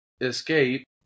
escape